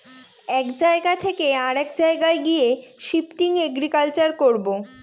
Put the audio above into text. এক জায়গা থকে অরেক জায়গায় গিয়ে শিফটিং এগ্রিকালচার করবো